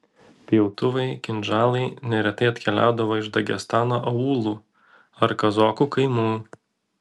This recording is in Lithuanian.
pjautuvai kinžalai neretai atkeliaudavo iš dagestano aūlų ar kazokų kaimų